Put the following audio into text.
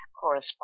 correspond